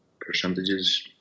percentages